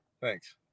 Thanks